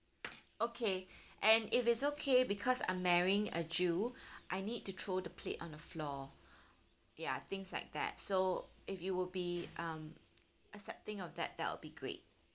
okay and if it's okay because I'm marrying a jew I need to throw the plate on the floor ya things like that so if you will be um accepting of that that will be great